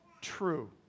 true